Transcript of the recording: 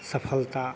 सफलता